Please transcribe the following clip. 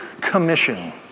Commission